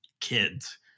kids